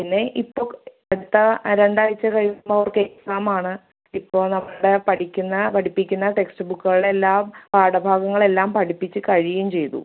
പിന്നെ ഇപ്പോൾ എടുത്ത രണ്ടാഴ്ച്ച കഴിയുമ്പോൾ അവർക്കെക്സാമാണ് ഇപ്പോൾ നമ്മുടെ പഠിക്കുന്ന പഠിപ്പിക്കുന്ന ടെക്സ്ററ് ബുക്ക്കളെല്ലാം പാഠ ഭാഗങ്ങളെല്ലാം പഠിപ്പിച്ച് കഴിയേം ചെയ്തു